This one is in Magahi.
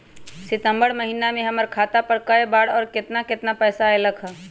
सितम्बर महीना में हमर खाता पर कय बार बार और केतना केतना पैसा अयलक ह?